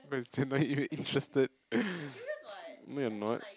now you are interested no you're not